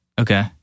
Okay